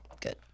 Good